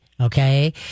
Okay